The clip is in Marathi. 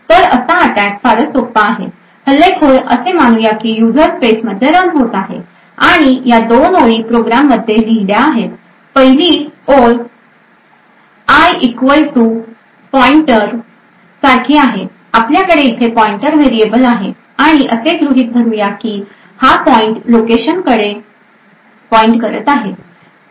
तर असा अटॅक फारच सोपा आहे हल्लेखोर असे मानू या की युजर स्पेस मध्ये रन होत आहे आणि या दोन ओळी प्रोग्राम मध्ये लिहिल्या आहेत पहिली होऊन पहिली ओळ i equal to pointer सारखी आहे आपल्याकडे इथे पॉइंटर व्हेरिएबल आहे आणि असे गृहित धरूया की हा पॉईंट लोकेशन कडे पॉईंट करत आहे